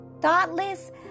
thoughtless